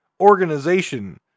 organization